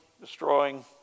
destroying